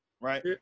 right